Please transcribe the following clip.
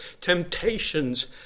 temptations